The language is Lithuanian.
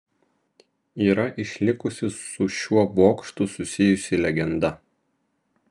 yra išlikusi su šiuo bokštu susijusi legenda